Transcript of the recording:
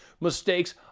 mistakes